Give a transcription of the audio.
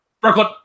Brooklyn